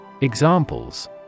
Examples